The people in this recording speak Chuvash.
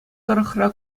тӑрӑхра